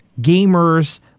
gamers